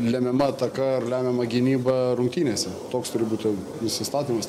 lemiama ataka ir lemiama gynyba rungtynėse toks turi būti įsistatymas